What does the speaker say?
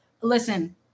listen